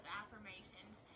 affirmations